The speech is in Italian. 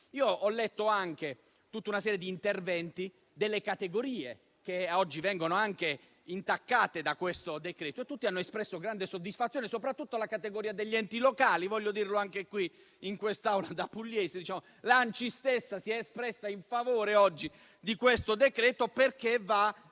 Ho letto anche tutta una serie di interventi delle categorie che oggi vengono toccate da questo decreto e tutte hanno espresso grande soddisfazione, soprattutto la categoria degli enti locali. Voglio dirlo in quest'Aula, da pugliese: l'ANCI stessa si è espressa in favore del decreto-legge al